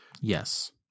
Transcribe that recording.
Yes